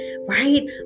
right